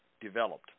developed